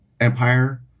Empire